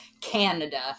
Canada